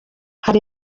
hari